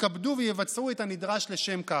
יתכבדו ויבצעו את הנדרש לשם כך.